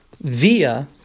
via